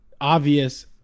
obvious